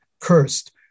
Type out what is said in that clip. cursed